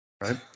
right